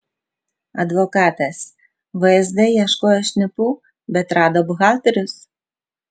advokatas vsd ieškojo šnipų bet rado buhalterius